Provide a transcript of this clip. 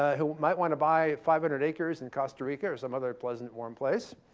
ah who might want to buy five hundred acres in costa rica or some other pleasant warm place,